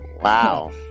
Wow